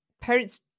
parents